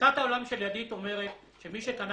תפיסת העולם של 'ידיד' אומרת שמי שקנה